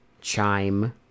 chime